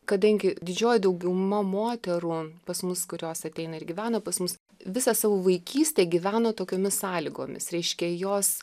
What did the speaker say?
kadangi didžioji dauguma moterų pas mus kurios ateina ir gyvena pas mus visą savo vaikystę gyveno tokiomis sąlygomis reiškia jos